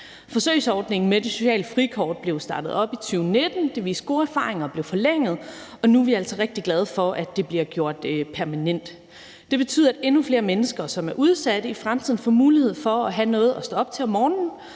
Forsøgsordningen med det sociale frikort blev startet op i 2019. Det viste gode erfaringer og blev forlænget, og nu er vi altså rigtig glade for, at det bliver gjort permanent. Det betyder, at endnu flere mennesker, som er udsatte, i fremtiden får mulighed for at have noget at stå op til om morgenen,